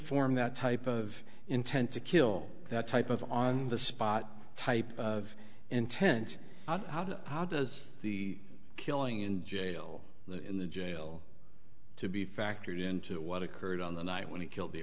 form that type of intent to kill that type of on the spot type of intent how did how does the killing in jail in the jail to be factored into what occurred on the night when he killed the